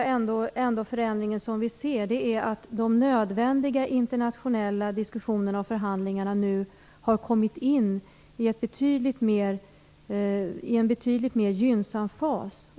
en glädjande förändring. De nödvändiga internationella diskussionerna och förhandlingarna har nu kommit in i en betydligt mer gynnsam fas.